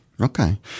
Okay